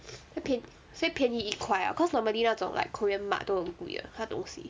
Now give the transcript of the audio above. okay 所以便宜一块 ah cause normally 那种 like korean mart 都很贵的它东西